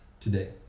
today